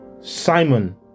Simon